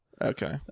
Okay